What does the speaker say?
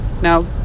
Now